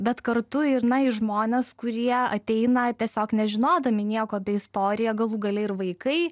bet kartu ir na į žmones kurie ateina tiesiog nežinodami nieko apie istoriją galų gale ir vaikai